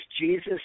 Jesus